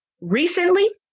recently